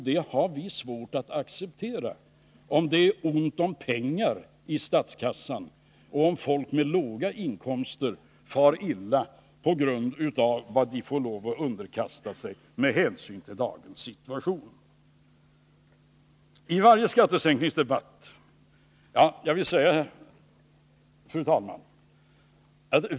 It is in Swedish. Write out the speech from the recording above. Det har vi svårt att acceptera, om det är ont om pengar i statskassan och om folk med låga inkomster far illa på grund av vad de får lov att underkasta sig med hänsyn till dagens situation. Fru talman!